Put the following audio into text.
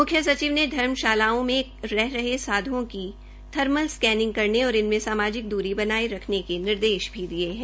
मुख्य सचिव ने धर्मशालाओं में रह रहे साधुओं की थर्मल स्कैनिंग करने और इनमें सामाजिक दूरी बनाये रखने के निर्देश भी दिये हैं